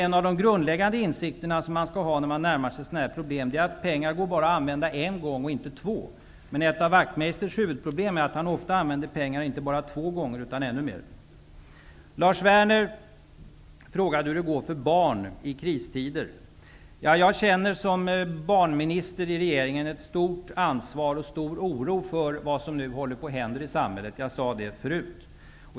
En av de grundläggande insikterna man skall ha när man närmar sig problem av detta slag är att pengar bara går att använda en gång, och inte två. Ett av Wachtmeisters huvudproblem är att han ofta använder pengar inte bara två gånger, utan ännu fler. Lars Werner frågade hur det går för barnen i kristider. Som barnminister i regeringen känner jag ett stort ansvar och stor oro för vad som nu håller på att hända i samhället. Det sade jag förut.